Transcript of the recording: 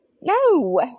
No